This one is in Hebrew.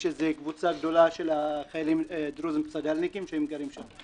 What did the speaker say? יש קבוצה גדולה של חיילים דרוזים צד"לניקים שגרים שם.